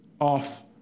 off